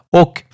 och